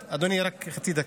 אדוני, רק חצי דקה.